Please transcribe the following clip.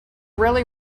rarely